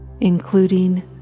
including